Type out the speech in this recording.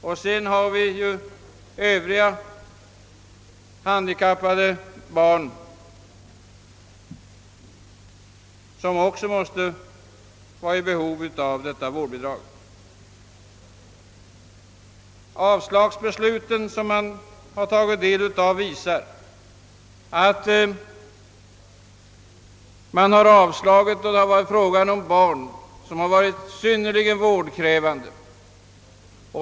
Därtill kommer övriga handikappade barn som också är i behov av detta vårdbidrag. Ansökningar har avslagits när det gällt barn som varit synnerligen vårdkrävande.